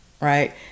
right